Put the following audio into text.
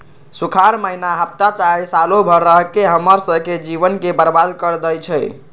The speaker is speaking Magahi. सुखार माहिन्ना हफ्ता चाहे सालों भर रहके हम्मर स के जीवन के बर्बाद कर देई छई